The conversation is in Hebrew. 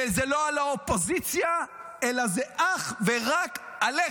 וזה לא על האופוזיציה, אלא זה אך ורק עליכם.